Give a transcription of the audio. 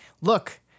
look